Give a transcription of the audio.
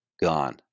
gone